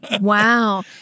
Wow